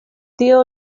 tio